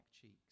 cheeks